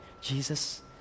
Jesus